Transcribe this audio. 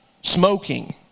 smoking